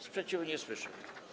Sprzeciwu nie słyszę.